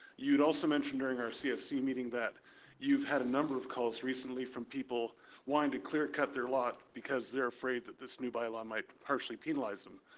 you'd also mentioned during our cfc meeting that you had a number of calls recently from people wanting to clear cut their lot because they're afraid that this new by law might partially penalize them.